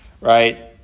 right